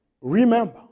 Remember